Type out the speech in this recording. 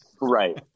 Right